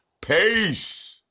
Peace